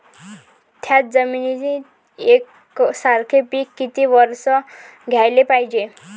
थ्याच जमिनीत यकसारखे पिकं किती वरसं घ्याले पायजे?